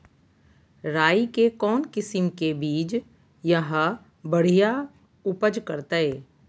राई के कौन किसिम के बिज यहा बड़िया उपज करते?